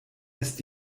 ist